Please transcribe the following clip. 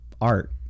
art